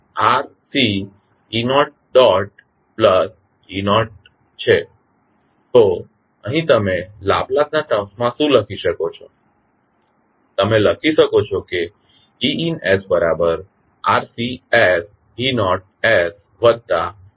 તો અહીં તમે લાપ્લાસના ટર્મ્સમાં શું લખી શકો છો તમે લખી શકો છો Ein બરાબર RCsE0 વત્તા E0